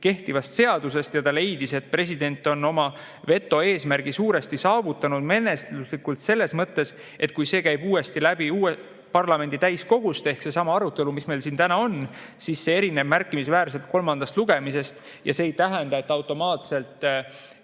kehtivast seadusest, ja ta leidis, et president on oma veto eesmärgi suuresti saavutanud menetluslikult selles mõttes, et kui see [eelnõu] käib uuesti läbi parlamendi täiskogu ehk on seesama arutelu, mis meil siin täna on, siis see erineb märkimisväärselt kolmandast lugemisest. See ei tähenda, et automaatselt